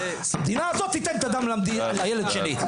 המדינה הזאת תיתן את הדם לילד שלי.